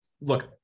Look